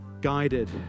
guided